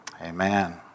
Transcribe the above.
Amen